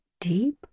deep